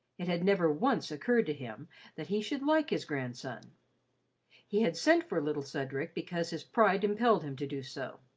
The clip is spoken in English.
it had never once occurred to him that he should like his grandson he had sent for the little cedric because his pride impelled him to do so.